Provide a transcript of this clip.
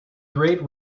great